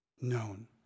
known